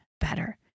better